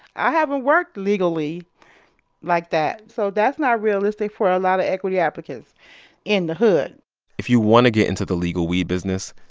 i haven't worked legally like that. so that's not realistic for a lot of equity applicants in the hood if you want to get into the legal weed business,